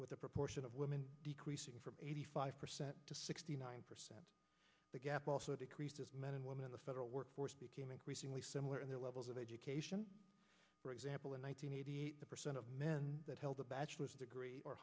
with the proportion of women decreasing from eighty five percent to sixty nine percent the gap also decreased as men and women the federal workforce became increasingly similar in their levels of education for example in one thousand nine hundred percent of men that held a bachelor's degree or